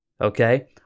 okay